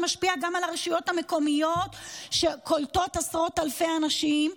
שמשפיע גם על הרשויות המקומיות שקולטות עשרות אלפי אנשים,